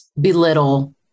belittle